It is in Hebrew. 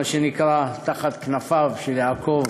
מה שנקרא, תחת כנפיו של יעקב,